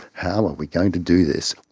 how are we going to do this?